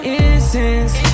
incense